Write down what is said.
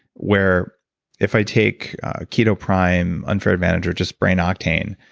where if i take keto prime, unfair advantage, or just brain octane,